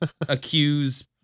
accuse